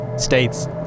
States